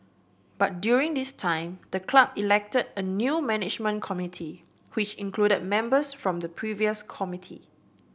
but during this time the club elected a new management committee which included members from the previous committee